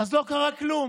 אז לא קרה כלום.